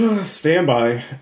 standby